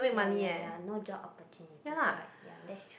ya ya ya no job opportunities right ya that's true